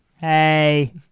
Hey